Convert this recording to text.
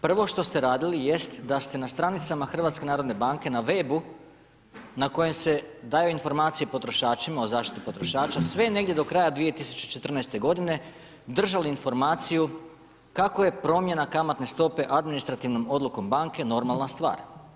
Prvo što ste radili jeste da ste na stranicama HNB-a na web-u na kojem se daju informacije potrošačima o zaštiti potrošača sve negdje do kraja 2014. godine držali informaciju kako je promjena kamatne stope administrativnom odlukom banke normalna stvar.